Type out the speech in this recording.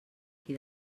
qui